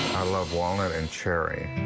of walnut and cherry.